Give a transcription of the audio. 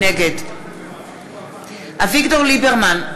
נגד אביגדור ליברמן,